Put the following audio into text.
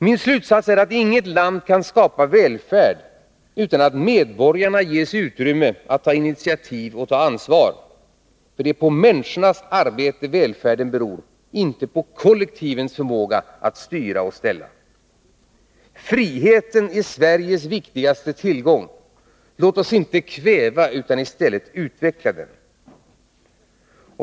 Min slutsats är att inget land kan skapa välfärd utan att medborgarna ges utrymme att ta initiativ och ansvar, för det är på människornas arbete välfärden beror, inte på kollektivens förmåga att styra och ställa. Friheten är Sveriges viktigaste tillgång. Låt oss inte kväva utan i stället utveckla den.